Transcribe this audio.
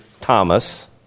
Thomas